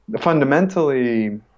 fundamentally